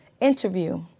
interview